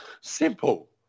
Simple